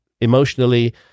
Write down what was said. emotionally